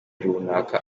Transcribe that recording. runaka